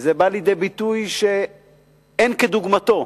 וזה בא לידי ביטוי שאין כדוגמתו,